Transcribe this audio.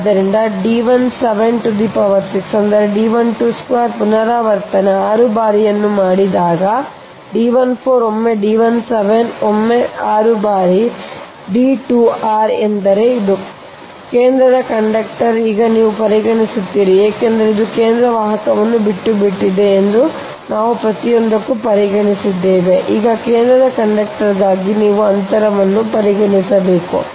ಆದ್ದರಿಂದ D17⁶ ಅಂದರೆ D12² ಪುನರಾವರ್ತನೆ 6 ಬಾರಿ ನಂತರ ಅದೇ ಅಂತರ D 13 ಸಹ ಇದೇ 6 ಬಾರಿ ಅದು ಚದರ 6 ಬಾರಿ ನಂತರ D 14 ಒಮ್ಮೆ D 17 ಒಮ್ಮೆ 6 ಬಾರಿ ನಿಮ್ಮ D 2r ಎಂದರೆ ಇದು ಈ ಕೇಂದ್ರ ಕಂಡಕ್ಟರ್ ಈಗ ನೀವು ಪರಿಗಣಿಸುತ್ತೀರಿ ಏಕೆಂದರೆ ಇದು ಕೇಂದ್ರ ವಾಹಕವನ್ನು ಬಿಟ್ಟುಬಿಟ್ಟಿದೆ ಎಂದು ನಾವು ಪ್ರತಿಯೊಂದಕ್ಕೂ ಪರಿಗಣಿಸಿದ್ದೇವೆ ಈಗ ಕೇಂದ್ರ ಕಂಡಕ್ಟರ್ಗಾಗಿ ನೀವು ಅಂತರವನ್ನು ಪರಿಗಣಿಸಬೇಕು